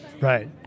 Right